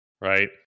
right